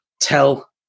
tell